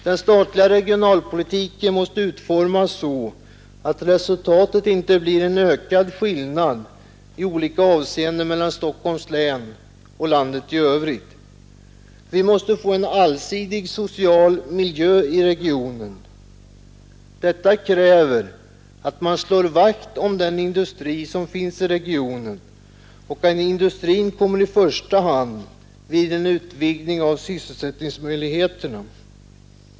Den statliga regionalpolitiken måste utformas så att resultatet inte blir en ökad skillnad i olika avseenden mellan Stockholms län och landet i övrigt. Vi måste få en allsidig social miljö i regionen. Detta kräver att man slår vakt om den industri som finns i regionen och att industrin kommer i första hand vid en utvidgning av sysselsättningsmöjligheterna.